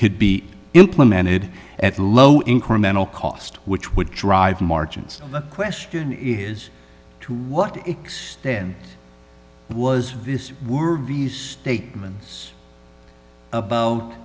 could be implemented at low incremental cost which would drive margins the question is to what extent was this were ves statements about